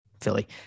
philly